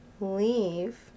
leave